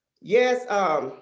Yes